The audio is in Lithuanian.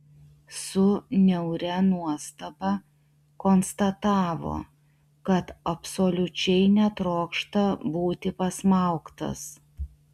su niauria nuostaba konstatavo kad absoliučiai netrokšta būti pasmaugtas